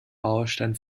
baustein